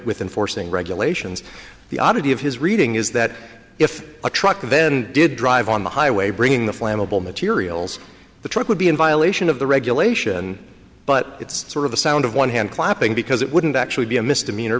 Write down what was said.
with enforcing regulations the oddity of his reading is that if a truck then did drive on the highway bringing the flammable materials the truck would be in violation of the regulation but it's sort of a sound of one hand clapping because it wouldn't actually be a misdemeanor